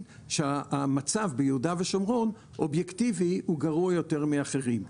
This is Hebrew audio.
שהמצב ביהודה ושומרון אובייקטיבית גרוע יותר מאחרים.